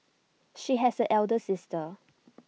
she has an elder sister